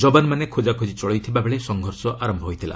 ଜବାନମାନେ ଖୋଜାଖୋଜି ଚଳାଇଥିବାବେଳେ ସଂଘର୍ଷ ଆରମ୍ଭ ହୋଇଥିଲା